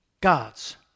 God's